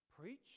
preach